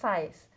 ~cise